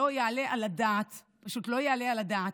לא יעלה על הדעת, פשוט לא יעלה על הדעת,